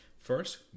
First